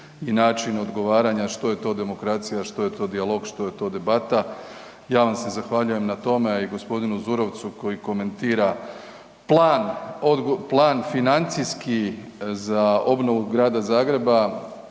i način odgovaranja što je to demokracija, što je to dijalog, što je to debata, ja vam se zahvaljujem na tome, a i g. Zurovcu koji komentira plan, plan financijski za obnovu Grada Zagreba